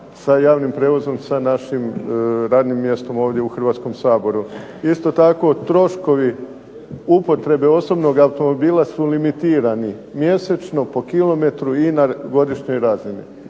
sa javnim prijevozom sa našim radnim mjestom ovdje u Hrvatskom saboru. Isto tako, troškovi upotrebe osobnog automobila su limitirani mjesečno, po kilometru i na godišnjoj razini.